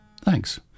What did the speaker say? Thanks